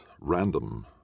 random